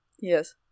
Yes